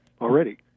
already